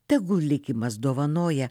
tegul likimas dovanoja